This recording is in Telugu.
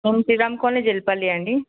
మేమూ శ్రీరామ్ కాలనీ జల్లిపల్లీ అండీ